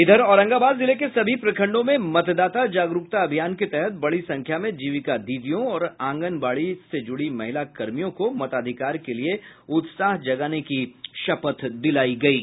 इधर औरंगाबाद जिले के सभी प्रखंडों में मतदाता जागरूकता अभियान के तहत बड़ी संख्या में जीविका दीदीयों और आंगनबाड़ी से जुड़ी महिला कर्मियों को मताधिकार के लिये उत्साह जगाने की शपथ दिलायी गयी